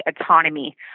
autonomy